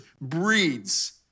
breeds